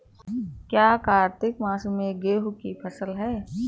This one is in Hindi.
क्या कार्तिक मास में गेहु की फ़सल है?